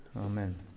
amen